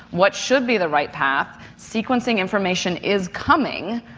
what should be the right path, sequencing information is coming,